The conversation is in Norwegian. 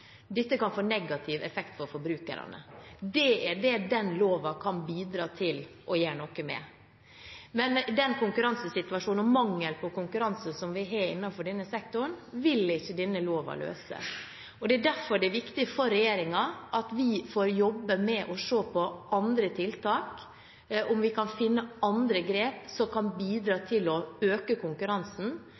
dette kan få negativ effekt for forbrukerne. Det er det den loven kan bidra til å gjøre noe med. Den konkurransesituasjonen og den mangelen på konkurranse som vi har innenfor denne sektoren, vil ikke denne loven løse. Det er derfor det er viktig for regjeringen at vi får jobbe med å se på andre tiltak, om vi kan finne andre grep som kan bidra til å øke konkurransen